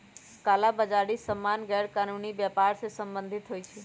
कला बजारि सामान्य गैरकानूनी व्यापर से सम्बंधित होइ छइ